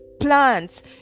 plants